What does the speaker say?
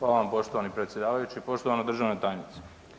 Hvala vam poštovani predsjedavajući, poštovana državna tajnice.